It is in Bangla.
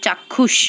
চাক্ষুষ